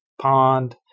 pond